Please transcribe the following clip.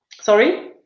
Sorry